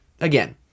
again